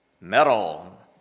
metal